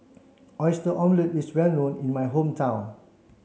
Oyster Omelette is well known in my hometown